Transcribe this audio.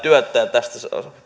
tästä